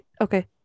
Okay